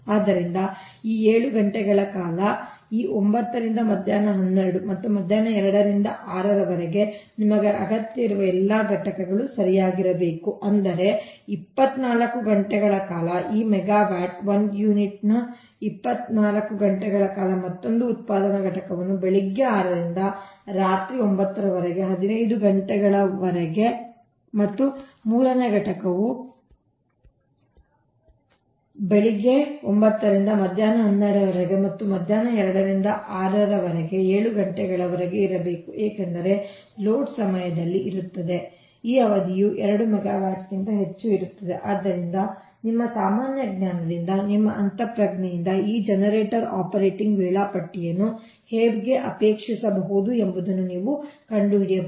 ಆದ್ದರಿಂದ ಈ 7 ಗಂಟೆಗಳ ಕಾಲ ಈ 9 ರಿಂದ ಮಧ್ಯಾಹ್ನ 12 ಮತ್ತು ಮಧ್ಯಾಹ್ನ 2 ರಿಂದ 6 ರವರೆಗೆ ನಿಮಗೆ ಅಗತ್ಯವಿರುವ ಎಲ್ಲಾ 3 ಘಟಕಗಳು ಸರಿಯಾಗಿರಬೇಕು ಅಂದರೆ 24 ಗಂಟೆಗಳ ಕಾಲ 1 ಮೆಗಾವ್ಯಾಟ್ 1 ಯೂನಿಟ್ಗೆ 24 ಗಂಟೆಗಳ ಕಾಲ ಮತ್ತೊಂದು ಉತ್ಪಾದನಾ ಘಟಕಗಳು ಬೆಳಿಗ್ಗೆ 6 ರಿಂದ ರಾತ್ರಿ 9 ರವರೆಗೆ 15 ಗಂಟೆಗಳವರೆಗೆ ಮತ್ತು ಮೂರನೇ ಘಟಕವು ಬೆಳಿಗ್ಗೆ 9 ರಿಂದ ಮಧ್ಯಾಹ್ನ 12 ರವರೆಗೆ ಮತ್ತು ಮಧ್ಯಾಹ್ನ 2 ರಿಂದ 6 ರವರೆಗೆ 7 ಗಂಟೆಗಳವರೆಗೆ ಇರಬೇಕು ಏಕೆಂದರೆ ಲೋಡ್ ಸಮಯದಲ್ಲಿ ಇರುತ್ತದೆ ಈ ಅವಧಿಯು 2 ಮೆಗಾವ್ಯಾಟ್ಗಿಂತ ಹೆಚ್ಚು ಇರುತ್ತದೆ ಆದ್ದರಿಂದ ನಿಮ್ಮ ಸಾಮಾನ್ಯ ಜ್ಞಾನದಿಂದ ನಿಮ್ಮ ಅಂತಃಪ್ರಜ್ಞೆಯಿಂದ ಈ ಜನರೇಟರ್ ಆಪರೇಟಿಂಗ್ ವೇಳಾಪಟ್ಟಿಯನ್ನು ಹೇಗೆ ಅಪೇಕ್ಷಿಸಬಹುದು ಎಂಬುದನ್ನು ನೀವು ಕಂಡುಹಿಡಿಯಬಹುದು